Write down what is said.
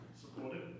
supported